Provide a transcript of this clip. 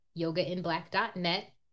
yogainblack.net